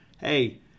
hey